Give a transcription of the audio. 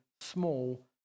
small